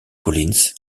collins